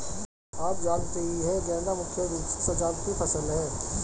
आप जानते ही है गेंदा मुख्य रूप से सजावटी फसल है